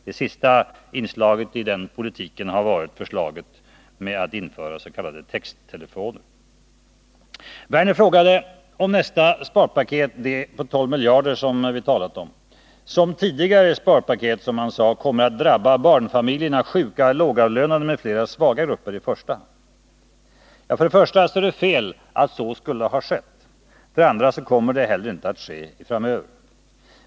Det senaste inslaget i den politiken har varit förslaget om att införa s.k. texttelefoner. Lars Werner frågade om det senaste sparpaketet — det på 12 miljarder som vi har talat om — liksom tidigare sparpaket kommer, som han sade, att drabba barnfamiljerna, sjuka, lågavlönade m.fl. svaga grupper i första hand. För det första är det fel att så skulle ha skett, för det andra kommer det inte heller att ske framöver.